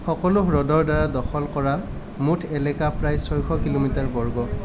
সকলো হ্ৰদৰদ্বাৰা দখল কৰা মুঠ এলেকা প্ৰায় ছয়শ কিলোমিটাৰ বৰ্গ